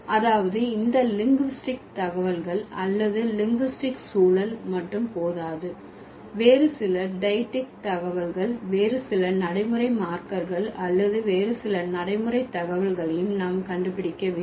அதாவது இந்த லிங்குஸ்டிக் தகவல்கள் அல்லது லிங்குஸ்டிக் சூழல் மட்டும் போதாது வேறு சில டெய்க்ட்டிக் தகவல் வேறு சில நடைமுறை மார்க்கர்கள் அல்லது வேறு சில நடைமுறை தகவல்களையும் நாம் கண்டுபிடிக்க வேண்டும்